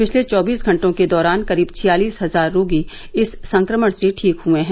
पिछले चौबीस घंटों के दौरान करीब छियालिस हजार रोगी इस संक्रमण से ठीक हुए हैं